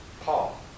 Paul